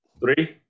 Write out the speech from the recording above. Three